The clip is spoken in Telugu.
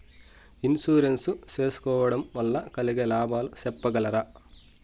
ఇన్సూరెన్సు సేసుకోవడం వల్ల కలిగే లాభాలు సెప్పగలరా?